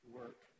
work